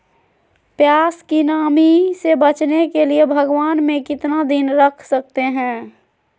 प्यास की नामी से बचने के लिए भगवान में कितना दिन रख सकते हैं?